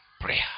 prayer